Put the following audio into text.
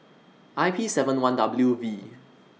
I P seven one W V